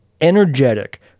energetic